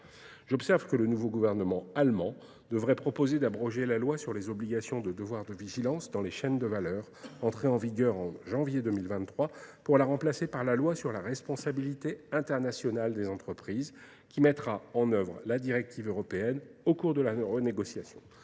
J'observe que le nouveau gouvernement allemand devrait proposer d'abroger la loi sur les obligations de devoir de vigilance dans les chaînes de valeur entrées en vigueur en janvier 2023 pour la remplacer par la loi sur la responsabilité internationale des entreprises qui mettra en œuvre la directive européenne au cours de la renégociation.